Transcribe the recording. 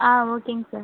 ஆ ஓகேங்க சார்